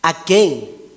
Again